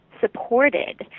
supported